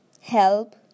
help